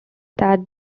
that